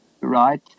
right